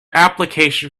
application